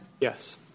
Yes